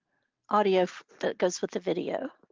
audio that goes with the video.